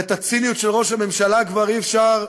ואת הציניות של ראש הממשלה כבר אי-אפשר,